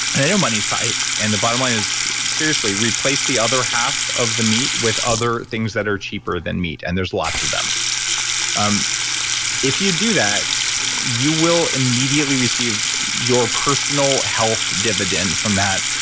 i know money's tight and the bottom line is seriously, replace the other half of the meat with other things that are cheaper than meat and there's lots of them um if you do that you will immediately receive your personal health dividend from that,